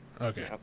Okay